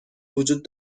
وجود